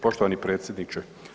Poštovani predsjedniče.